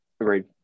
Agreed